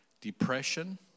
depression